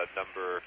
number